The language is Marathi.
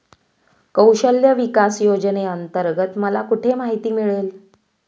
कौशल्य विकास योजनेअंतर्गत मला कुठे माहिती मिळेल?